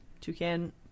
Toucan